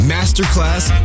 Masterclass